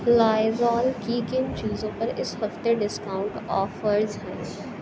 لایزال کی کن چیزوں پر اس ہفتے ڈسکاؤنٹ آفرز ہیں